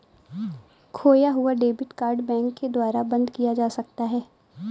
खोया हुआ debit card bank के द्वारा बंद किया जा सकता है